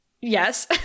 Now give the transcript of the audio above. Yes